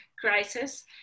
crisis